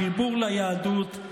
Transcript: חיבור ליהדות,